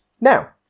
Now